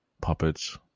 puppets